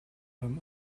ram